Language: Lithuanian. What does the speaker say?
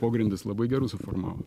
pogrindis labai gerų suformavo